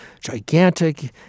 gigantic